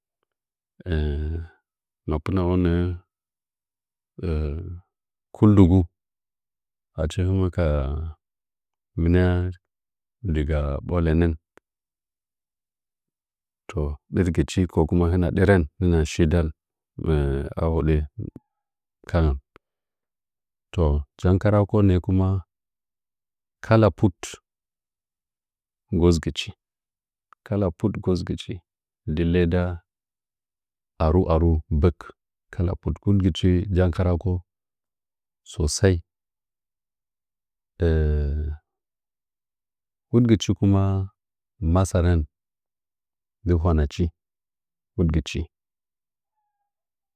mapina'on nə'ə kɨldɨgu achi hɨmə ka mɨnig diga ɓwa lənə toh dɨrgi chi ko kuma hinə diran hɨnashi ndan ya hodə kangən to jankarakin nə'ə kum kala put nggosgɨchi kala put nggosgɨchi dɨ leda haaru haaru gbək kala put hudgɨchi jankarako sosai huɗgɨchi kuma masarən nggɨ hwanachi hudgɨchi.